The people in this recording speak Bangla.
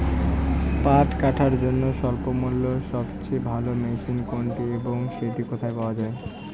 পাট কাটার জন্য স্বল্পমূল্যে সবচেয়ে ভালো মেশিন কোনটি এবং সেটি কোথায় পাওয়া য়ায়?